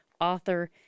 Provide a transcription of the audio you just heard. author